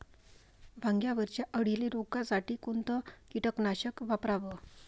वांग्यावरच्या अळीले रोकासाठी कोनतं कीटकनाशक वापराव?